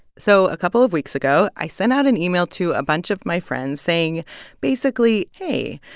so a couple of weeks ago, i sent out an email to a bunch of my friends saying basically, hey,